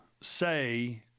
say